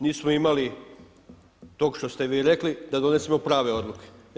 Nismo imali tog što ste vi rekli, da donesemo prave odluke.